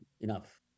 Enough